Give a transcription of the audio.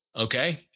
Okay